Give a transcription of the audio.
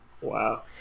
Wow